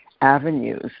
avenues